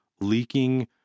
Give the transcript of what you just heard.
leaking